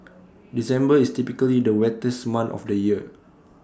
December is typically the wettest month of the year